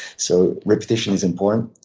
so repetition is important.